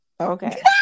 Okay